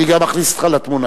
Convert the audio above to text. אני גם אכניס אותך לתמונה.